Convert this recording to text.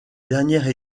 dernière